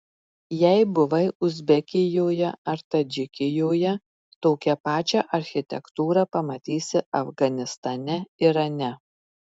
jei buvai uzbekijoje ar tadžikijoje tokią pačią architektūrą pamatysi afganistane irane